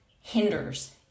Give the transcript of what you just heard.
hinders